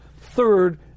third